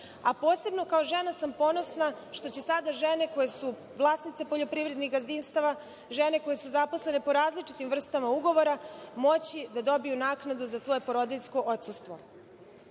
a posebno kao žena sam ponosna što će sada žene koje su vlasnice poljoprivrednih gazdinstava, žene koje su zaposlene po različitim vrstama ugovora moći da dobiju naknadu za svoje porodiljsko odsustvo. Kratko